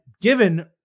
given